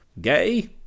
Gay